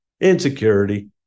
insecurity